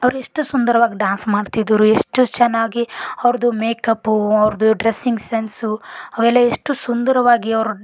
ಅವರೆಷ್ಟು ಸುಂದರವಾಗಿ ಡಾನ್ಸ್ ಮಾಡ್ತಿದ್ದರು ಎಷ್ಟು ಚೆನ್ನಾಗಿ ಅವ್ರದ್ದು ಮೇಕಪ್ಪು ಅವ್ರದ್ದು ಡ್ರೆಸ್ಸಿಂಗ್ ಸೆನ್ಸು ಅವೆಲ್ಲ ಎಷ್ಟು ಸುಂದರವಾಗಿ ಅವರು